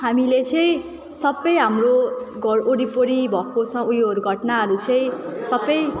हामीले चाहिँ सबै हाम्रो घर वरिपरि भएको स उयो घटनाहरू चाहिँ सबै